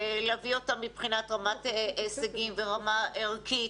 להביא אותם מבחינת רמת הישגים ורמה ערכית,